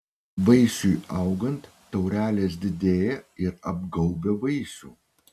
vaisiui augant taurelės didėja ir apgaubia vaisių